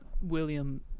William